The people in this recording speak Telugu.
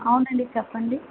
అవునండి చెప్పండి